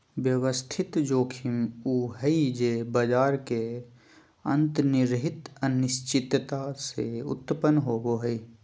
व्यवस्थित जोखिम उ हइ जे बाजार के अंतर्निहित अनिश्चितता से उत्पन्न होवो हइ